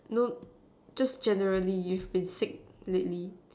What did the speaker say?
no just generally you've been sick lately